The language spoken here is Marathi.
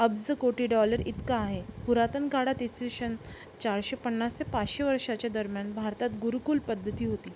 अब्ज कोटी डॉलर इतका आहे पुरातन काळात इसवी सन चारशे पन्नास ते पाचशे वर्षाच्या दरम्यान भारतात गुरुकुल पद्धती होती